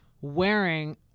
wearing